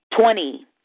twenty